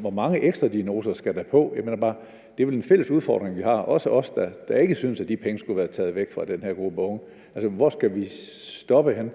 hvor mange ekstra diagnoser skal der så på? Jeg mener bare, at det vel er en fælles udfordring, vi har, også os, der ikke synes, at de penge skulle have været taget væk fra den gruppe af unge. Altså, hvor skal vi stoppe henne?